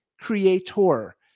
creator